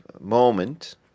moment